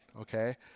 okay